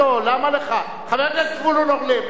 חבר הכנסת זבולון אורלב, לך לא הפריע איש,